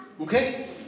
Okay